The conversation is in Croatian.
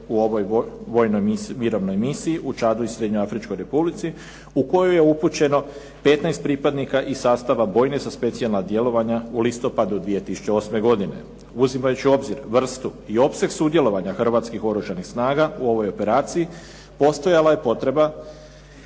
u ovoj vojnoj mirovnoj misiji u Čadu i Srednjoafričkoj Republici u koju je upućeno 15 pripadnika iz sastava …/Govornik se ne razumije./… za specijalna djelovanja u listopadu 2008. godine. Uzimajući u obzir vrstu i opseg sudjelovanja Hrvatskih oružanih snaga u ovoj operaciji postojala je potreba